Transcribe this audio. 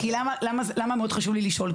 למה מאוד חשוב לי לשאול?